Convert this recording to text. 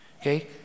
Okay